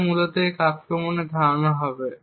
তাই এটি মূলত এই আক্রমণের ধারণা হবে